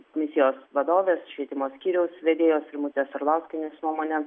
misijos vadovės švietimo skyriaus vedėjos rimutės arlauskienės nuomone